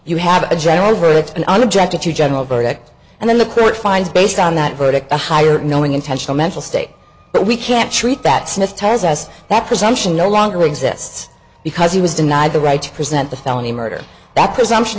you have a general rule it and unobjective to general verdict and then the court finds based on that verdict a higher knowing intentional mental state but we can't treat that smith tells us that presumption no longer exists because he was denied the right to present the felony murder that presumption